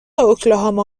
اوکلاهاما